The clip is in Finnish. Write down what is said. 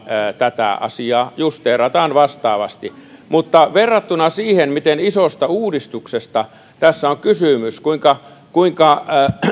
tätä asiaa justeerataan silloin vastaavasti mutta verrattuna siihen miten isosta uudistuksesta tässä on kysymys kuinka kuinka